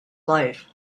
life